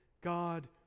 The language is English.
god